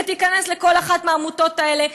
תיכנס לכל אחת מהעמותות האלה,